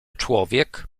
człowiek